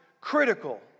critical